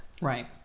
Right